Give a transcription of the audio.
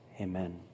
amen